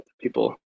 people